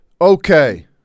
Okay